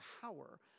power